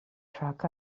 track